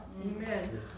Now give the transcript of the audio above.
Amen